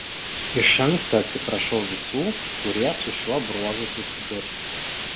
iš anksto atsiprašau visų kurie su šiuo bruožu susidurs